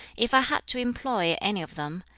if i had to employ any of them,